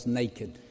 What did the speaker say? naked